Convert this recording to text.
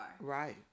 Right